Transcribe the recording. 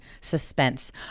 Suspense